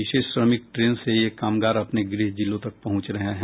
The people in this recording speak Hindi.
विशेष श्रमिक ट्रेन से ये कामगार अपने गृह जिलों तक पहुंच रहे हैं